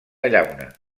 llauna